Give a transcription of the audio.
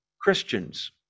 Christians